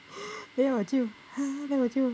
then 我就 then 我就